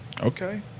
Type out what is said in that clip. Okay